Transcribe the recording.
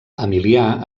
emilià